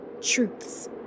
truths